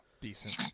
decent